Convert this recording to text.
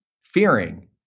fearing